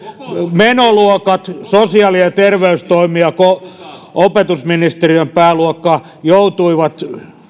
menoluokat sosiaali ja ja terveystoimi ja opetusministeriön pääluokka joutuivat